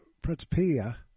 Principia